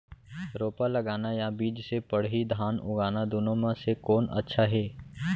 रोपा लगाना या बीज से पड़ही धान उगाना दुनो म से कोन अच्छा हे?